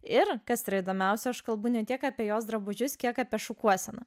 ir kas yra įdomiausia aš kalbu ne tiek apie jos drabužius kiek apie šukuoseną